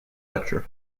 lecture